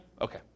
Okay